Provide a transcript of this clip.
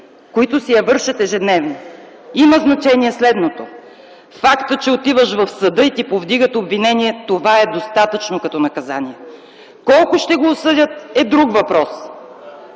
които си я вършат ежедневно, има значение следното: „Фактът, че отиваш в съда и ти повдигат обвинение, това е достатъчно като наказание. Колко ще го осъдят е друг въпрос,